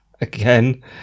again